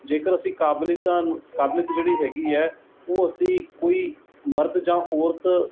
ਜੇਕਰ ਅਸੀਂ ਕਾਬਲੀਅਤਾਂ ਨੁ ਕਾਬਲੀਅਤ ਜਿਹੜੀ ਹੈਗੀ ਹੈ ਉਹ ਅਸੀਂ ਕੋਈ ਮਰਦ ਜਾਂ ਔਰਤ